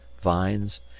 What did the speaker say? vines